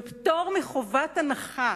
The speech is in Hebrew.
בפטור מחובת הנחה